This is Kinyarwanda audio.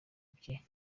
bye